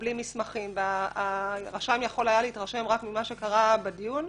בלי מסמכים והרשם יכול היה להתרשם רק ממה שקרה בדיון,